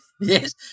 Yes